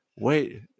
wait